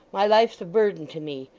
my life's a burden to me.